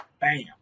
Bam